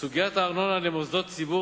סוגיית הארנונה למוסדות ציבור